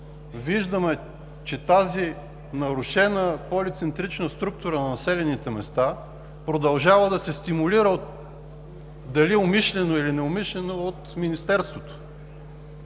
виждаме, че тази нарушена полицентрична структура на населените места продължава да се стимулира – дали умишлено или неумишлено, от Министерството.